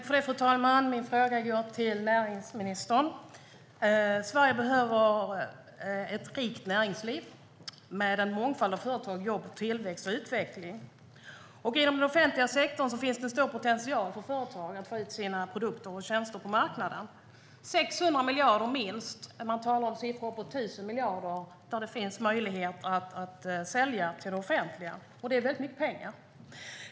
Fru talman! Min fråga går till näringsministern. Sverige behöver ett rikt näringsliv med en mångfald av företag, jobb, tillväxt och utveckling. Inom den offentliga sektorn finns det en stor potential för företag att få ut sina produkter och tjänster på marknaden. Det är minst 600 miljarder, men man talar om siffror på 1 000 miljarder, där det finns möjlighet att sälja till det offentliga. Det är väldigt mycket pengar.